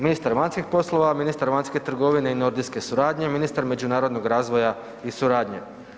Ministar vanjskih poslova, ministar vanjske trgovine i nordijske suradnje i ministar međunarodnog razvoja i suradnje.